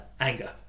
anger